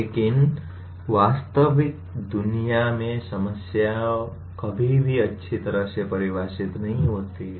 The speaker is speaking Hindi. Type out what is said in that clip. लेकिन वास्तविक दुनिया में समस्याएं कभी भी अच्छी तरह से परिभाषित नहीं होती हैं